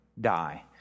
die